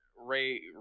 Ray